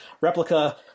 replica